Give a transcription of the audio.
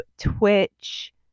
twitch